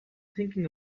thinking